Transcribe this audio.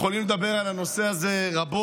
אנחנו יכולים לדבר על הנושא הזה רבות,